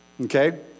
Okay